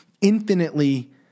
infinitely